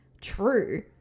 true